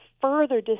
further